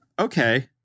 Okay